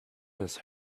has